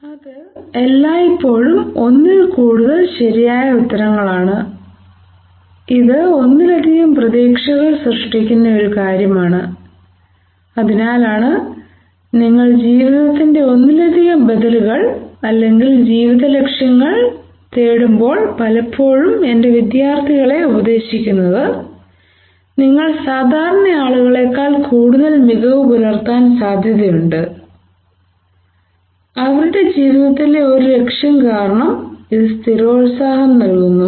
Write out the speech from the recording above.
അത് എല്ലായ്പ്പോഴും ഒന്നിൽ കൂടുതൽ ശരിയായ ഉത്തരങ്ങളാണ് ഇത് ഒന്നിലധികം പ്രതീക്ഷകൾ സൃഷ്ടിക്കുന്ന ഒരു കാര്യമാണ് അതിനാലാണ് നിങ്ങൾ ജീവിതത്തിന്റെ ഒന്നിലധികം ബദലുകൾ അല്ലെങ്കിൽ ജീവിത ലക്ഷ്യങ്ങൾ തേടുമ്പോൾ പലപ്പോഴും എന്റെ വിദ്യാർത്ഥികളെ ഉപദേശിക്കുന്നത് നിങ്ങൾ സാധാരണ ആളുകളേക്കാൾ കൂടുതൽ മികവ് പുലർത്താൻ സാധ്യതയുണ്ട് അവരുടെ ജീവിതത്തിലെ ഒരു ലക്ഷ്യം കാരണം ഇത് സ്ഥിരോത്സാഹം നൽകുന്നു